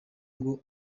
ngo